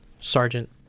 Sergeant